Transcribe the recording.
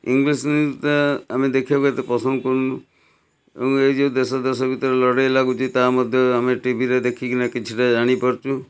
English ନ୍ୟୁଜ୍ଟା ଆମେ ଦେଖିବାକୁ ଏତେ ପସନ୍ଦ କରୁନୁ ଏଇ ଯେଉଁ ଦେଶ ଦେଶ ଭିତରେ ଲଢ଼େଇ ଲାଗୁଛି ତା' ମଧ୍ୟ ଆମେ ଟିଭିରେ ଦେଖିକିନା କିଛିଟା ଜାଣିପାରୁଛୁ